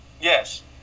Yes